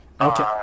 Okay